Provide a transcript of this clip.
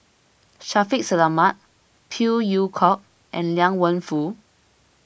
Shaffiq Selamat Phey Yew Kok and Liang Wenfu